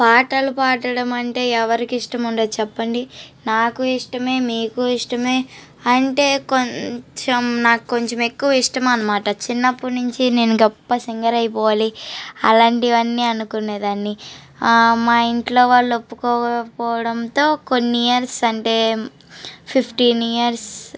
పాటలు పాడడం అంటే ఎవరికి ఇష్టం ఉండదు చెప్పండి నాకు ఇష్టమే మీకు ఇష్టమే అంటే కొంచెం నాకు కొంచెం ఎక్కువ ఇష్టం అనమాట చిన్నప్పుడు నుంచి నేను గొప్ప సింగర్ అయిపోవాలి అలాంటివన్ని అనుకునే దాన్ని మా ఇంట్లో వాళ్ళు ఒప్పుకోకపోవడంతో కొన్ని ఇయర్స్ అంటే ఫిఫ్టీన్ ఇయర్స్